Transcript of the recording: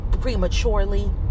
prematurely